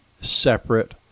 separate